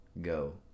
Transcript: Go